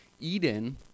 Eden